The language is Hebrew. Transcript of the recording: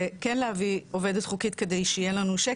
וכן להביא עובדת חוקית כדי שיהיה לנו שקט,